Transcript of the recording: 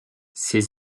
ses